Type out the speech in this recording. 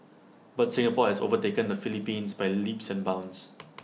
but Singapore is overtaken the Philippines by leaps and bounds